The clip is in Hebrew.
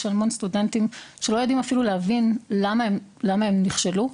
יש המון סטודנטים שלא יודעים אפילו להבין למה הם נכשלו.